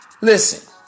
listen